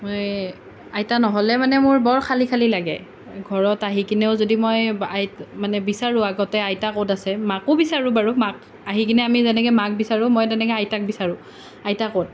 মই আইতা নহ'লে মানে মোৰ বৰ খালী খালী লাগে ঘৰত আহি কিনেও যদি মই আই মানে বিচাৰোঁ আগতে আইতা ক'ত আছে মাকো বিচাৰোঁ বাৰু মাক আহি কিনে আমি যেনেকৈ মাক বিচাৰোঁ মই তেনেকৈ আইতাক বিচাৰোঁ আইতা ক'ত